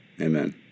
Amen